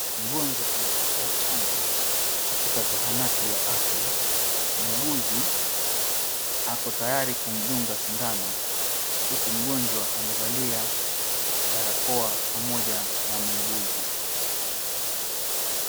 Mgonjwa anapokea chanjo katika zahanati ya afia. Muuguzi ako tayari kumdunga sindano huku mgonjwa amevalia barakoa pamoja na muuguzi.